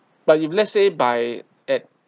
but if let's say by at